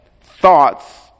thoughts